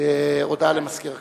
הודעה למזכיר הכנסת.